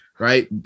Right